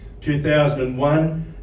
2001